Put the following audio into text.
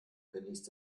genießt